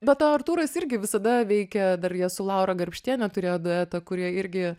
be to artūras irgi visada veikia dar jie su laura garbštiene turėjo duetą kur jie irgi